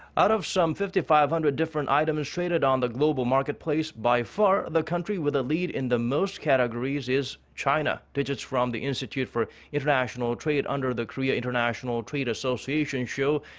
out of some fifty five hundred different items traded on the global marketplace. by far the country with a lead in the most categories. is china. digits from the institute for international trade. under the korea international trade association show.